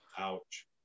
Ouch